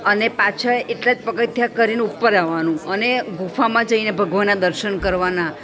અને પાછા એટલા જ પગથિયાં કરીને ઉપર આવવાનું અને ગુફામાં જઈને ભગવાનના દર્શન કરવાના